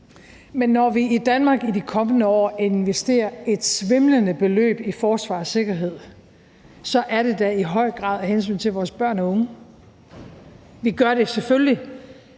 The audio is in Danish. Når vi i Danmark i de kommende år investerer et svimlende beløb i forsvar og sikkerhed, er det da i høj grad af hensyn til vores børn og unge. Vi gør det selvfølgelig